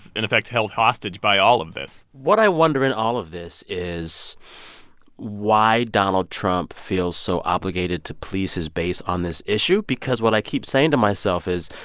in effect, held hostage by all of this what i wonder in all of this is why donald trump feels so obligated to please his base on this issue? because what i keep saying to myself is,